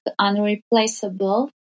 unreplaceable